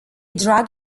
drag